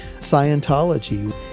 Scientology